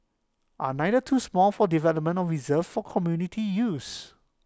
are either too small for development or reserved for community use